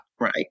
Right